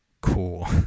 cool